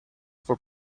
for